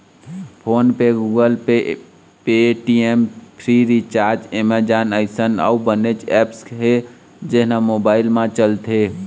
phone पे, Google pay, Paytm, Freecharge, Amazon अइसन अउ बनेच ऐप्स हे जेन ह मोबाईल म चलथे